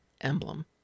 emblem